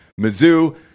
Mizzou